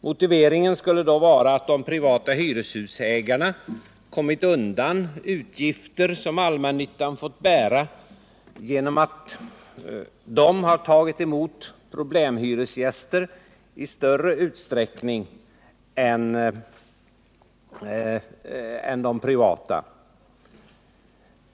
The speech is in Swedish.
Motiveringen skulle vara att de privata hyreshusägarna kommit undan utgifter som allmännyttan fått bära genom att de tagit upp problemhyresgäster i större utsträckning än de privata ägarna.